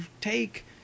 take